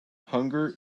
hunger